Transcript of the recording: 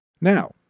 now